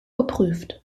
geprüft